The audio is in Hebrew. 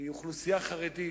היא אוכלוסייה חרדית,